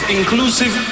Inclusive